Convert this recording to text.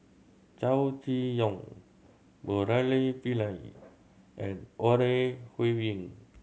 Chow Chee Yong Murali Pillai and Ore Huiying